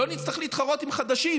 לא נצטרך להתחרות עם חדשים,